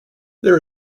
there